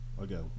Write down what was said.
again